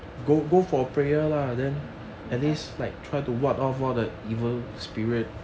go for prayer I